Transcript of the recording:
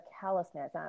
callousness